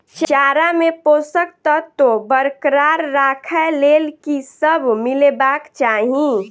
चारा मे पोसक तत्व बरकरार राखै लेल की सब मिलेबाक चाहि?